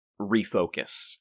refocus